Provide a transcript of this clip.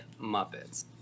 Muppets